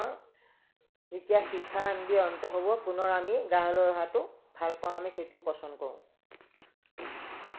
যেতিয়া শিক্ষা আদি অন্ত হ'ব পুনৰ আমি গাঁৱলৈ অহাতো ভাল পাওঁ আমি সেইটো পচন্দ কৰোঁ